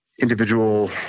individual